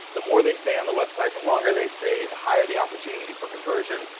the more they stay on the website, the longer they stay, the higher the opportunity for conversion,